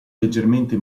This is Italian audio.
leggermente